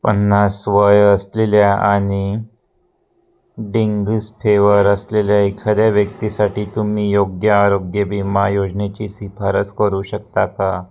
पन्नास वय असलेल्या आणि डेंग्यूज फेवर असलेल्या एखाद्या व्यक्तीसाठी तुम्ही योग्य आरोग्य विमा योजनेची शिफारस करू शकता का